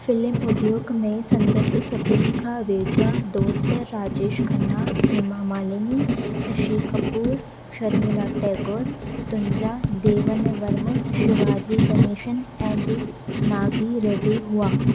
film उद्योगु में संदसि सभिनी खां वेझा दोस्त राजेश खन्ना हेमा मालिनी शशि कपूर शर्मिला टैगोर तनुजा देवेन वर्मा शिवाजी गणेशन ऐं बी नागी रेड्डी हुआ